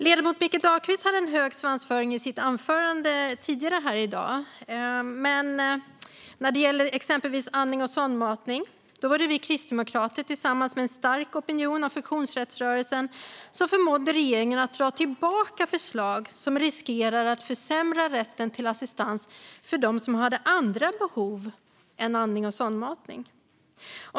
Ledamoten Mikael Dahlqvist hade hög svansföring i sitt anförande tidigare i dag, men när det gäller exempelvis andning och sondmatning var det vi kristdemokrater tillsammans med en stark opinion från funktionsrättsrörelsen som förmådde regeringen att dra tillbaka förslag som riskerade att försämra rätten till assistans för dem som har andra behov än andning och sondmatning.